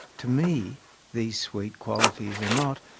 to me these sweet qualities are not,